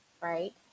Right